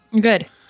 Good